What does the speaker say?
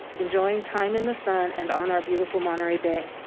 enjoying time in the sun and on our beautiful monterey bay.